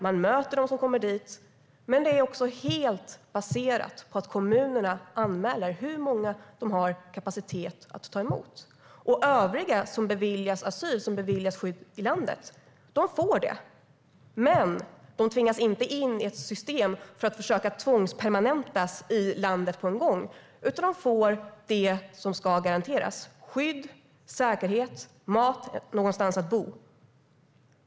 Man möter dem som kommer dit, men det är också helt baserat på att kommunerna anmäler hur många de har kapacitet att ta emot. Övriga som beviljas asyl och skydd i landet får det, men de tvingas inte in i ett system för att försöka tvångspermanentas i landet på en gång, utan de får det som ska garanteras: skydd, säkerhet, mat och någonstans att bo.